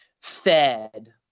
fed